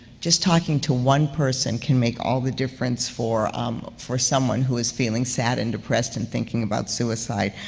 just talking to one person can make all the difference for um for someone who is feeling sad and depressed, and thinking about suicide.